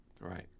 right